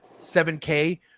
7k